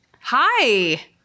hi